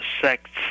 sects